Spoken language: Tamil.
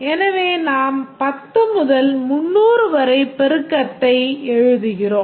எனவே நாம் 10 முதல் 300 வரை பெருக்கத்தை எழுதுகிறோம்